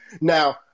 Now